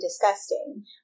disgusting